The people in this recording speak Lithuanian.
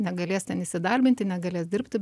negalės ten įsidarbinti negalės dirbti